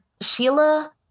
Sheila